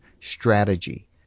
strategy